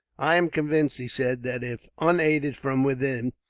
i am convinced, he said, that if unaided from within,